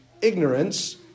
ignorance